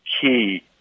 key